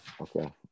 Okay